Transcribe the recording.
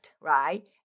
right